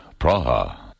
Praha